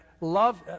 love